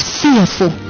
fearful